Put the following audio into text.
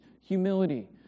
humility